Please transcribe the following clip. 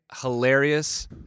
hilarious